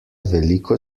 veliko